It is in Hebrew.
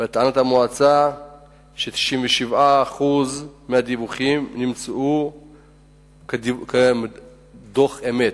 וטענת המועצה היא ש-97% נמצאו כדיווחי אמת.